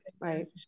right